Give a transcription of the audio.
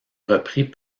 repris